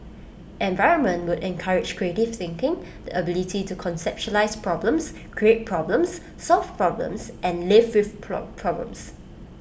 environment would encourage creative thinking the ability to conceptualise problems create problems solve problems and live with pro problems